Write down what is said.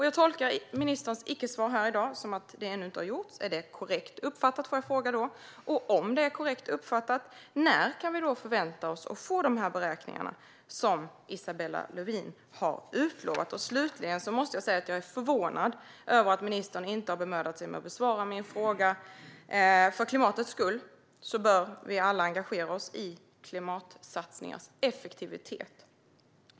Jag tolkar ministerns icke-svar här i dag som att detta ännu inte har gjorts. Är det korrekt uppfattat? Om det är korrekt uppfattat, när kan vi förvänta oss att få dessa beräkningar, som Isabella Lövin har utlovat? Slutligen måste jag säga att jag är förvånad över att ministern inte har bemödat sig om att besvara min fråga. För klimatets skull bör vi alla engagera oss i klimatsatsningars effektivitet.